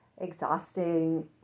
exhausting